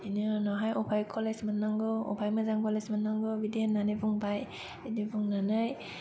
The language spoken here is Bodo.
बेनि उनाव हाय अफाय कलेज मोन्नांगौ अफाय मोजां कलेज मोन्नांगौ बिदि होन्नानै बुंबाय बिदि बुंनानै